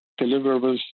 deliverables